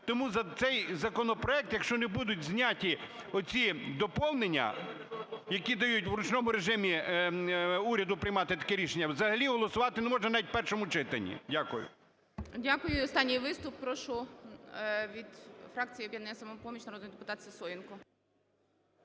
Тому за цей законопроект, якщо не будуть зняті оці доповнення, які дають в ручному режимі уряду прийняти таке рішення, взагалі голосувати не можна навіть в першому читанні. Дякую. ГОЛОВУЮЧИЙ. Дякую. І останній виступ, прошу від фракції "Об'єднання "Самопоміч" народний депутат Сисоєнко.